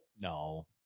No